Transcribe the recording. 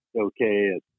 okay